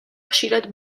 ხშირად